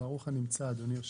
ברוך הנמצא אדוני היושב-ראש.